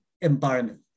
environment